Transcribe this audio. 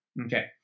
Okay